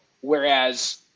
whereas